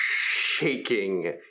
shaking